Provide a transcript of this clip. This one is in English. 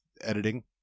editing